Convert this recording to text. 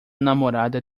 namorada